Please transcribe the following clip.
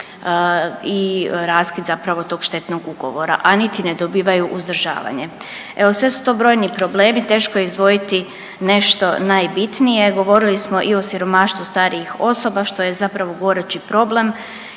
i raskid zapravo tog šetnog ugovora, a niti ne dobivaju uzdržavanje. Evo sve su to brojni problemi, teško je izdvojiti nešto najbitnije, govorili smo i o siromaštvu starijih osoba što je zapravo gorući problem